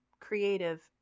creative